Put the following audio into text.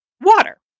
water